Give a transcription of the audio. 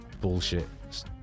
bullshit